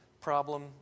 problem